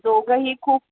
दोघंही खूप